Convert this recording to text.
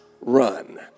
run